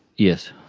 yes.